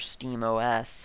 SteamOS